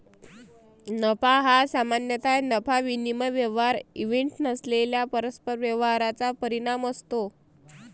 नफा हा सामान्यतः नफा विनिमय व्यवहार इव्हेंट नसलेल्या परस्पर व्यवहारांचा परिणाम असतो